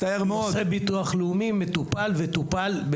נושא ביטוח לאומי מטופל וטופל.